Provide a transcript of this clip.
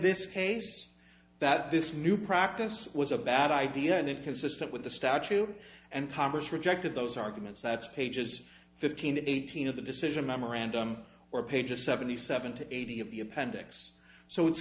this case that this new practice was a bad idea and inconsistent with the statute and congress rejected those arguments that's paid is fifteen eighteen of the decision memorandum or pages seventy seven to eighty of the appendix so it's